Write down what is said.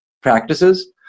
practices